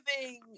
giving